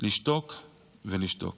לשתוק ולשתוק.